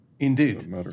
Indeed